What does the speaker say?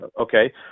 Okay